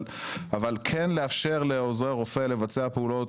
אבל כן לאפשר לעוזרי רופא לבצע פעולות